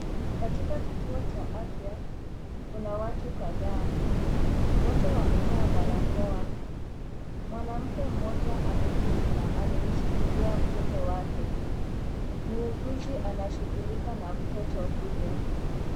Katika kituo cha afya, kuna watu kadhaa. Wote wamevaa barakoa, mwanamke mmoja ameketi na amemshikilia mtoto wake. Muuguzi anashughulika na mtoto huyo.